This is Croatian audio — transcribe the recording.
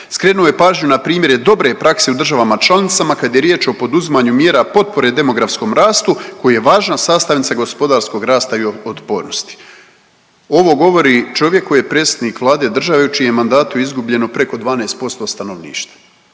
Skrenuo je pažnju na primjere dobre prakse u državama članicama kad je riječ o poduzimanju mjera potpore demografskom rastu koji je važna sastavnica gospodarskog rasta i otpornosti.“. Ovo govori čovjek koji je predsjednik Vlade države u čijem mandatu je izgubljeno preko 12% stanovništva